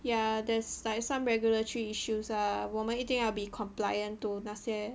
ya there's like some regulatory issues ah 我们一定要 be compliant to 那些